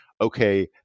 okay